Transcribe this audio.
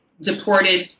deported